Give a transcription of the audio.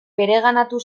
bereganatu